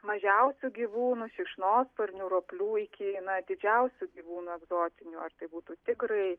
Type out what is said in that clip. mažiausių gyvūnų šikšnosparnių roplių iki na didžiausių gyvūnų egzotinių ar tai būtų tigrai